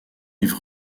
yves